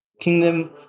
kingdom